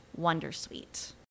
wondersuite